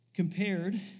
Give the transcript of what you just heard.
Compared